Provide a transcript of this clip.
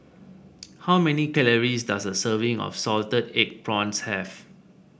how many calories does a serving of Salted Egg Prawns have